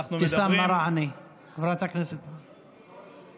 חברת הכנסת אבתיסאם מראענה.